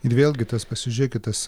ir vėlgi tas pasižiūrėkit tas